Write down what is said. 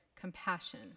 compassion